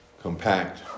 compact